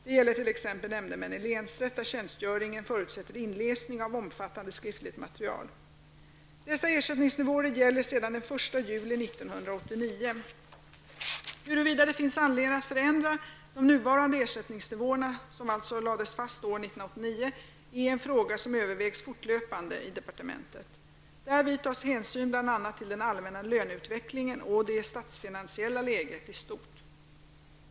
Det gäller t.ex. nämndemän i länsrätt, där tjänstgöringen förutsätter inläsning av omfattande skriftligt material. Dessa ersättningsnivåer gäller sedan den Huruvida det finns anledning att förändra de nuvarande ersättningsnivåerna -- som alltså lades fast år 1989 -- är en fråga som övervägs fortlöpande i departementet. Därvid tas hänsyn bl.a. till den allmänna löneutvecklingen och det statsfinansiella läget i stort.